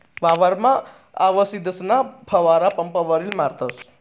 वावरमा आवसदीसना फवारा पंपवरी मारतस